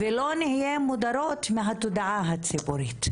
ולא נהיה מודרות מהתודעה הציבורית.